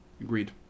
Agreed